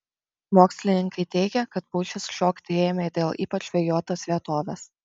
mokslininkai teigia kad pušys šokti ėmė dėl ypač vėjuotos vietovės